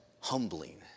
humbling